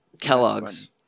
Kellogg's